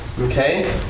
Okay